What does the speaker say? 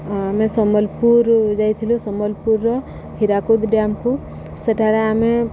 ଆମେ ସମ୍ବଲପୁର ଯାଇଥିଲୁ ସମ୍ବଲପୁରର ହୀରାକୁଦ ଡ୍ୟାମ୍କୁ ସେଠାରେ ଆମେ